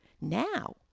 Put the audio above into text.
Now